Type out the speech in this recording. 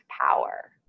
power